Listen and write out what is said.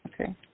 Okay